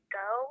go